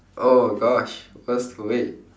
oh gosh worst way